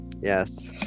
yes